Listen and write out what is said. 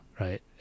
Right